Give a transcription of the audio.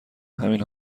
همین